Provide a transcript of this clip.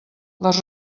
les